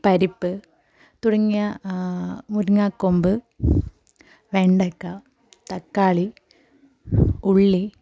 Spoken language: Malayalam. പരിപ്പ് തുടങ്ങിയ മുരിങ്ങ കൊമ്പ് വെണ്ടക്ക തക്കാളി ഉള്ളി